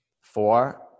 Four